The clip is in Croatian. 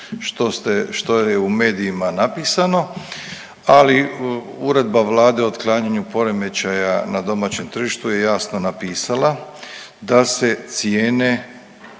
što je u medijima napisano, ali uredba Vlada o otklanjanju poremećaja na domaćem tržištu je jasno napisala da se cijene,